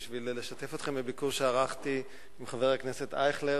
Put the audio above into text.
בשביל לשתף אתכם בביקור שערכתי עם חבר הכנסת אייכלר